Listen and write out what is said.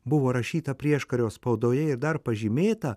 buvo rašyta prieškario spaudoje ir dar pažymėta